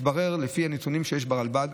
מתברר, לפי הנתונים שיש ברלב"ד,